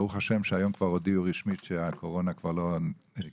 ברוך השם היום כבר הודיעו רשמית שהקורונה היא לא מגפה,